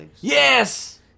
Yes